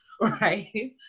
right